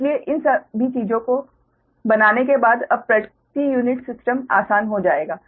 इसलिए इन सभी चीजों को बनाने के बाद अब प्रति यूनिट सिस्टम आसान हो जाएगा